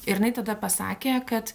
ir jinai tada pasakė kad